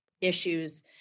issues